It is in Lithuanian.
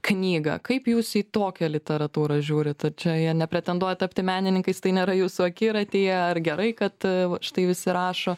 knygą kaip jūs į tokią literatūrą žiūrit ar čia jie nepretenduoja tapti menininkais tai nėra jūsų akiratyje ar gerai kad štai visi rašo